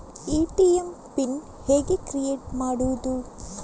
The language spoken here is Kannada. ಎ.ಟಿ.ಎಂ ಪಿನ್ ಹೇಗೆ ಕ್ರಿಯೇಟ್ ಮಾಡುವುದು?